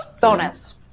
bonus